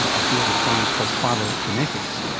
a field of science called phylogenetics,